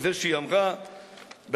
בזה שהיא אמרה בעצמה,